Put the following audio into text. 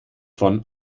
von